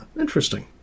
interesting